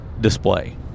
display